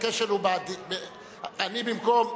הכשל, אני במקום,